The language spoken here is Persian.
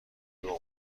میکنه